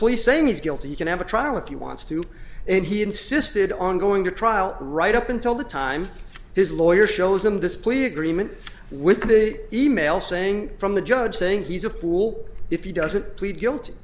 police same as guilty you can have a trial if you wants to and he insisted on going to trial right up until the time his lawyer shows him this plea agreement with the e mail saying from the judge saying he's a fool if he doesn't plead guilty